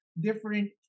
different